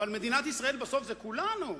אבל מדינת ישראל בסוף זה כולנו.